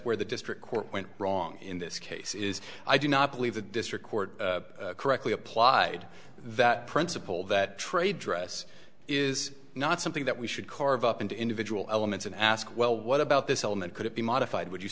where the district court went wrong in this case is i do not believe the district court correctly applied that principle that trade dress is not something that we should carve up into individual elements and ask well what about this element could it be modified would you